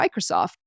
Microsoft